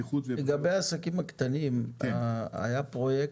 לגבי העסקים הקטנים, היה פרויקט,